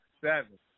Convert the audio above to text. seven